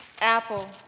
Apple